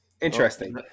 Interesting